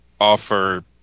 offer